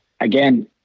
again